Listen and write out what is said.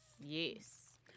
Yes